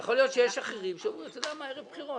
יכול להיות שיש אחרים שהיו אומרים ערב בחירות,